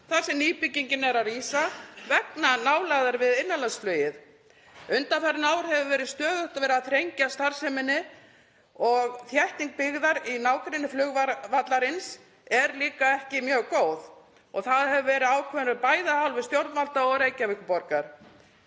þar sem nýbyggingin er að rísa vegna nálægðar við innanlandsflugið. Undanfarin ár hefur stöðugt verið þrengt starfseminni og þétting byggðar í nágrenni flugvallarins er ekki heldur mjög góð. Það hefur verið ákveðið bæði af hálfu stjórnvalda og Reykjavíkurborgar.